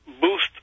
boost